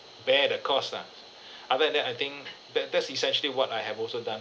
bear the cost lah other than that I think that that's essentially what I have also done